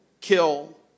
kill